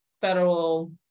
federal